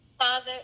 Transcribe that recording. Father